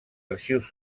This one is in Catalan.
arxius